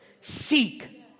seek